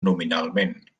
nominalment